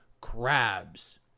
crabs